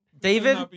David